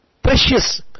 Precious